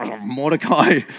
Mordecai